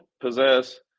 possess